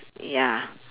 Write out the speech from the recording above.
ya